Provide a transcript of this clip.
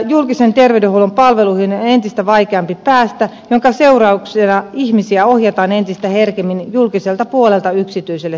julkisen terveydenhuollon palveluihin on entistä vaikeampi päästä minkä seurauksena ihmisiä ohjataan entistä herkemmin julkiselta puolelta yksityiselle sektorille